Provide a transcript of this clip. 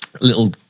little